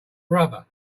brother